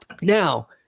Now